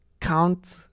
count